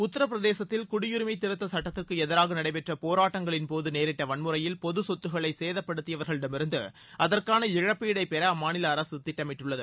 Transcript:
உத்தரபிரதேசத்தில் குடியுரிமை திருத்த சட்டத்திற்கு எதிராக நடைபெற்ற போராட்டங்களின்போது வன்முறையில் நேரிட்ட பொது சொத்துக்களை சேதப்படுத்தியவர்களிடமிருந்து அதற்கான இழப்பீடை பெற அம்மாநில அரசு திட்டமிட்டுள்ளது